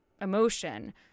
emotion